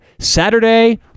Saturday